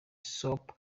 soap